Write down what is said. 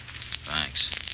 Thanks